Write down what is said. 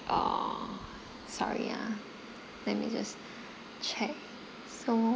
err sorry uh let me just check so